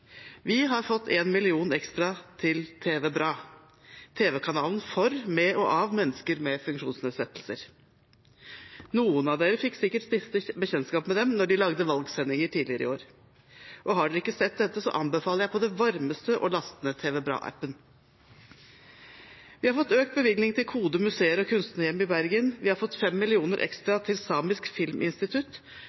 Vi har fått 1 mill. kr ekstra til TV BRA – tv-kanalen for, med og av mennesker med funksjonsnedsettelser. Noen fikk sikkert stiftet bekjentskap med dem da de lagde valgsendinger tidligere i år. Har man ikke sett dette, anbefaler jeg på det varmeste å laste ned TV BRA-appen. Vi har fått økt bevilgning til KODE museer og kunstnerhjem i Bergen, vi har fått 5 mill. kr ekstra til Samisk Filminstitutt,